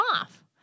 off